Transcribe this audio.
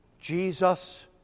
Jesus